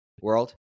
world